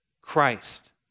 Christ